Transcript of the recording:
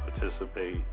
participate